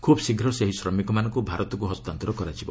ଖୁବ୍ ଶୀଘ୍ର ସେହି ଶମିକମାନଙ୍କ ଭାରତକ୍ ହସ୍ତାନ୍ତର କରାଯିବ